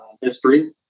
history